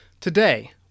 Today